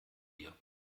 hier